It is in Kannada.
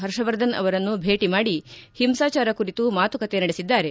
ಹರ್ಷವರ್ಧನ್ ಅವರನ್ನು ಭೇಟಿ ಮಾಡಿ ಹಿಂಸಾಚಾರ ಕುರಿತು ಮಾತುಕತೆ ನಡೆಸಿದ್ದಾರೆ